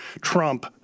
trump